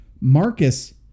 Marcus